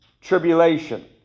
tribulation